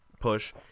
push